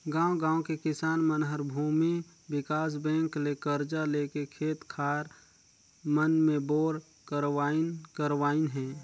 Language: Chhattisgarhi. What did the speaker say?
गांव गांव के किसान मन हर भूमि विकास बेंक ले करजा लेके खेत खार मन मे बोर करवाइन करवाइन हें